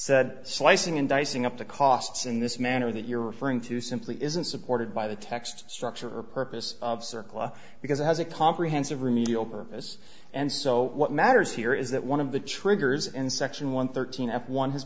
said slicing and dicing up the costs in this manner that you're referring to simply isn't supported by the text structure or purpose of circle because it has a comprehensive remedial purpose and so what matters here is that one of the triggers in section one thirteen f one has